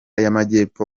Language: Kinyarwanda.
y’amajyepfo